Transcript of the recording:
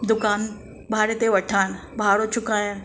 दुकान भाड़े ते वठणु भाड़ो चुकाइणु